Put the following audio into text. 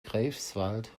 greifswald